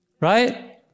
right